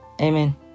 amen